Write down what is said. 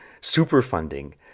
super-funding